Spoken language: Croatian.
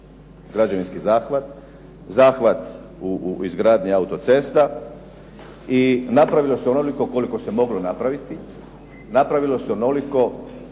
Hvala na